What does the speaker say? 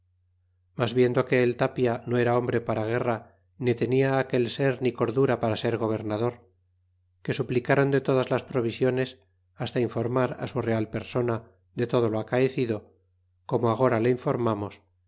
mas viendo que el tapia no era hombre para guerra ni tenia aquel ser ni cordura para ser gobernador que suplicaron de todas las provisiones hasta informar á su real persona de todo lo acaecido como agora le informamos